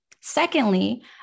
Secondly